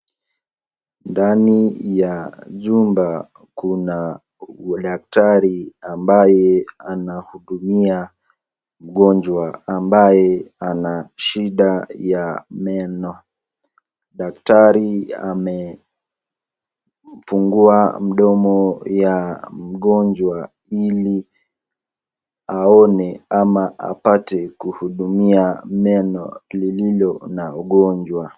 ndani ya jumba kuna dakitari ambaye anahudumia mgonjwa ambaye anashida ya meno, dakitari amefungua mdomo ya mgonjwa ili aone ama apate kuhudumia meno lililo na ugonjwa.